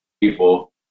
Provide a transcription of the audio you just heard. people